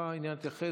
מעוניין להתייחס?